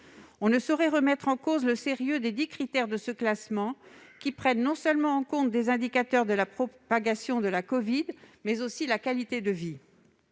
On ne saurait remettre en cause le sérieux des dix critères de ce classement, qui prend en compte non seulement des indicateurs de la propagation de la covid, mais aussi la qualité de vie.